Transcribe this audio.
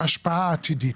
להשפעה עתידית,